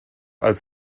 als